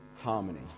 harmony